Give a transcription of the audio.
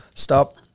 Stop